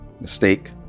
mistake